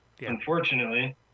Unfortunately